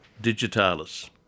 Digitalis